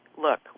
look